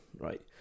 right